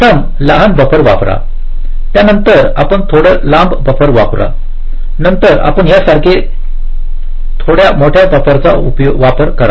प्रथम एक लहान बफर वापरा नंतर आपण थोडा लांब बफर वापरा नंतर आपण यासारख्या थोड्या मोठ्या बफरचा वापर करा